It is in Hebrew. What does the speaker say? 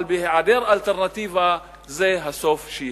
בהעדר אלטרנטיבה זה הסוף שיהיה.